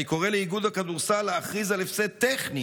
אני קורא לאיגוד הכדורסל להכריז על הפסד טכני